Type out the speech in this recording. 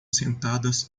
sentadas